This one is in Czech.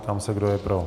Ptám se, kdo je pro.